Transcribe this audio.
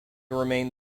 remained